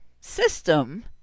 system